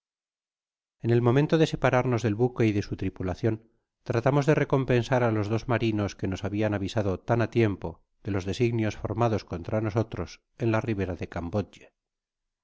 en el momento de separarnos del buque v de su tripulacion tratamos de recompensar á los dos marinos que nos habian avisado tan á tiempo de los designios formados contra nosotros en la ribera de